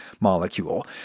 molecule